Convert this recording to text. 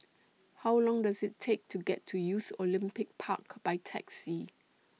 How Long Does IT Take to get to Youth Olympic Park By Taxi